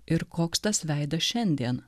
ir koks tas veidas šiandiena